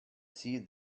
see